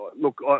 look